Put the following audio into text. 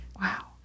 Wow